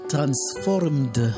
Transformed